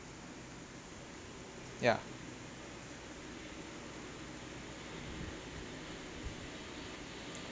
ya